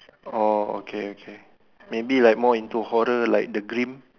oh okay okay maybe like more into horror like the Grimm